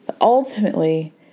ultimately